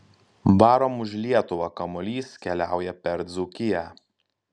varom už lietuvą kamuolys keliauja per dzūkiją